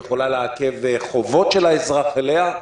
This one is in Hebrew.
היא יכולה לעכב חובות של האזרח אליה,